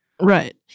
Right